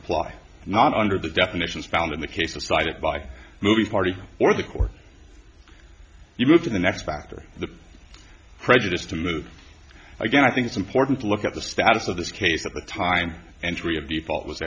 apply not under the definitions found in the cases cited by movie party or the court you move to the next factor the prejudice to move again i think it's important to look at the status of this case at the time and